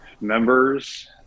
members